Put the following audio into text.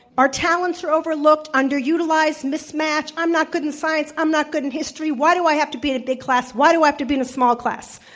our talents are overlooked, underutilized, mismatched. i'm not good in science. i'm not good in history. why do i have to be in a big class? why do i have to be in a small class?